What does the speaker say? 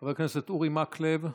חבר הכנסת אורי מקלב,